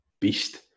beast